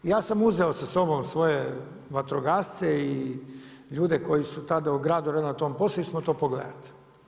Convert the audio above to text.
Ja sam uzeo sa sobom svoje vatrogasce i ljude koji su tada u gradu radili na tom poslu, išli smo to pogledati.